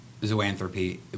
zoanthropy